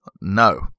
No